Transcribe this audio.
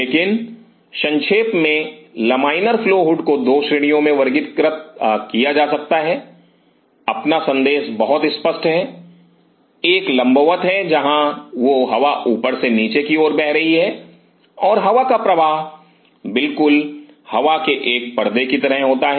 लेकिन संक्षेप में लमाइनर फ्लो हुड को 2 श्रेणियों में वर्गीकृत किया जा सकता है अपना संदेश बहुत स्पष्ट है एक लंबवत है जहां वह हवा ऊपर से नीचे की ओर बह रही है और हवा का प्रवाह बिल्कुल हवा के एक पर्दे की तरह होता है